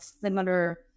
similar